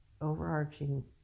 overarching